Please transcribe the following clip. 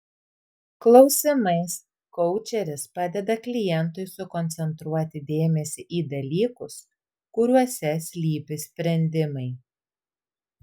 klausimais koučeris padeda klientui sukoncentruoti dėmesį į dalykus kuriuose slypi sprendimai